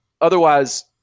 Otherwise